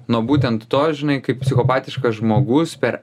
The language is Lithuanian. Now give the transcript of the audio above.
nuo būtent to žinai kaip psichopatiškas žmogus per